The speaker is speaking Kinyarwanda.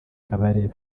kabarebe